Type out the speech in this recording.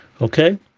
Okay